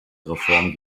reform